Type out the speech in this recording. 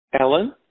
Ellen